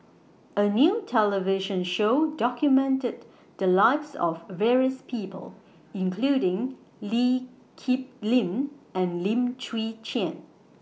A New television Show documented The Lives of various People including Lee Kip Lin and Lim Chwee Chian